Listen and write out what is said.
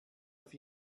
auf